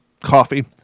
coffee